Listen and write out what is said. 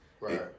Right